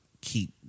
keep